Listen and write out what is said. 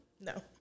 No